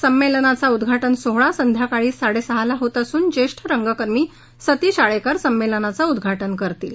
संमेलनाचा उद्घाटन सोहळा संध्याकाळी साडे सहाला होत असून ज्येष्ठ रंगकर्मी सतीश आळेकर संमेलनाचं उद्घाटन करतील